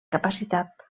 capacitat